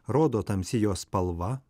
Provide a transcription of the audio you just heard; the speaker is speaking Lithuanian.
rodo tamsi jo spalva